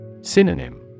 Synonym